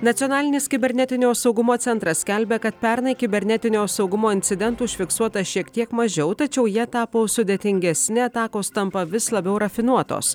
nacionalinis kibernetinio saugumo centras skelbia kad pernai kibernetinio saugumo incidentų užfiksuota šiek tiek mažiau tačiau jie tapo sudėtingesni atakos tampa vis labiau rafinuotos